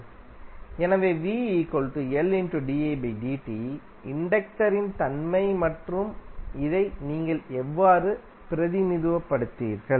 எனவேஇண்டக்டரின் தன்மை மற்றும் இதை நீங்கள் எவ்வாறு பிரதிநிதித்துவப்படுத்துவீர்கள்